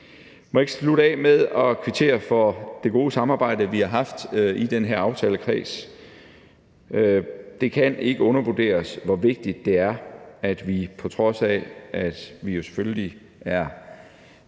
jeg ikke slutte af med at kvittere for det gode samarbejde, vi har haft i den her aftalekreds. Det kan ikke undervurderes, hvor vigtigt det er, at vi, på trods af at vi selvfølgelig